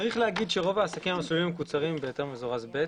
צריך להגיד שרוב העסקים מקוצרים בהיתר מזורז ב'